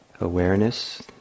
awareness